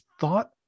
thought